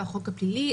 והחוק הפלילי,